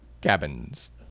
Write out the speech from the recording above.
cabins